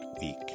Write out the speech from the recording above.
week